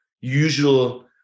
usual